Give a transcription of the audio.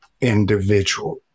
individual